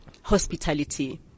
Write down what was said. hospitality